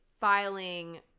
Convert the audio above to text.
filing